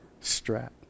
strap